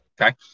Okay